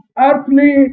earthly